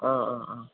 ആ ആ ആ